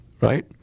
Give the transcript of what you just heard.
Right